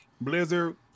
Blizzard